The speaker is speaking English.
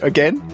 Again